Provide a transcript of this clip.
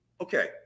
Okay